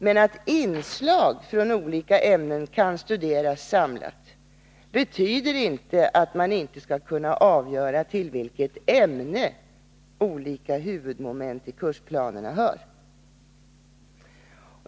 Men att inslag från olika ämnen kan studeras samlat betyder inte att man inte skall kunna avgöra till vilket ämne olika huvudmoment i kursplanerna hör.